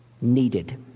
needed